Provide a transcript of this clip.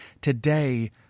Today